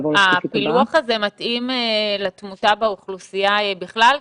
הפילוח הזה מתאים לתמותה באוכלוסייה בכלל?